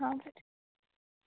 आ बरें